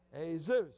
Jesus